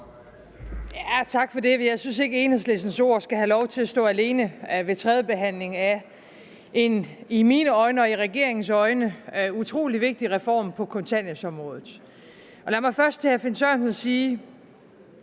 Tak for det. Jeg synes ikke, at Enhedslistens ord skal have lov til at stå alene ved tredje behandling af en i mine øjne og i regeringens øjne utrolig vigtig reform på kontanthjælpsområdet. Lad mig først til hr. Finn Sørensen sige: